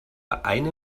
eine